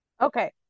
Okay